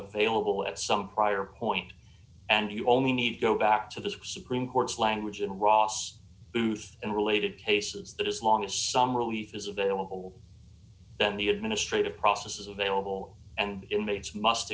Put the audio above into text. available at some prior point and you only need to go back to the supreme court's language and ross booth and related cases that as long as some relief is available then the administrative process is available and inmates must